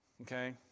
Okay